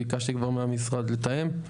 ביקשתי כבר מהמשרד לתאם.